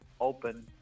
open